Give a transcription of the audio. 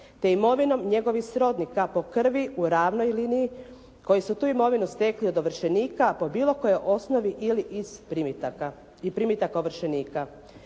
te imovinom njegovih srodnika po krvi u ravnoj liniji koji su tu imovinu stekli od ovršenika po bilo kojoj osnovi ili iz primitaka ovršenika.